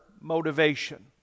motivation